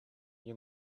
you